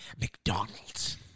McDonald's